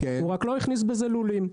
אבל הוא לא הכניס בזה לולים,